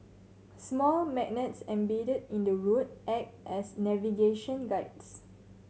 small magnets embedded in the road act as navigation guides